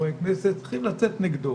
וכחברי כנסת, צריכים לצאת נגדו.